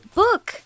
book